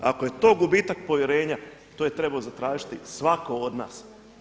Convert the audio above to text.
Ako je to gubitak povjerenja, to je trebao zatražiti svako od nas.